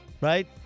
Right